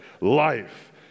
life